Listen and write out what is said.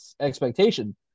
expectation